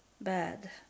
bad